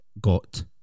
got